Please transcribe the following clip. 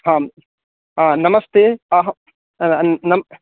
आम् नमस्ते